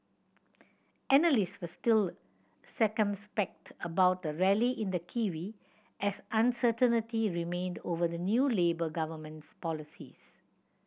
analysts were still circumspect about the rally in the kiwi as uncertainty remained over the new Labour government's policies